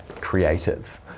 creative